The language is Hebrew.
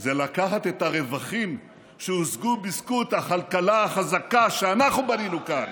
זה לקחת את הרווחים שהושגו בזכות הכלכלה החזקה שאנחנו בנינו כאן